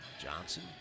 Johnson